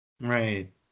Right